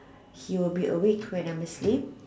he'll be awake when I'm asleep